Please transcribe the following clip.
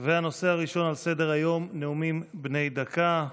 הנושא הראשון על סדר-היום: נאומים בני דקה.